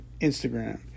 instagram